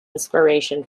inspiration